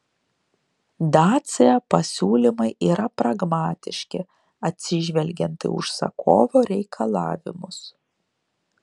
dacia pasiūlymai yra pragmatiški atsižvelgiant į užsakovo reikalavimus